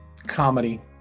comedy